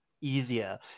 easier